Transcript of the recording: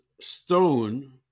stone